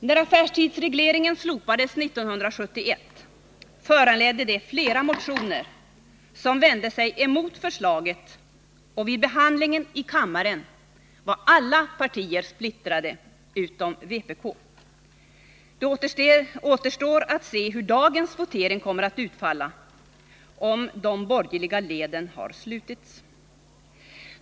När affärstidsregleringen slopades 1971 föranledde det flera motioner som vände sig mot förslaget, och vid behandlingen i kammaren var alla partier splittrade utom vpk. Det återstår att se hur dagens votering kommer att utfalla, om de borgerliga leden har slutits.